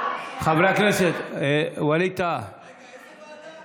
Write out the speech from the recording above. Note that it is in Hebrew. חברי הכנסת, ווליד טאהא, רגע, איזו ועדה?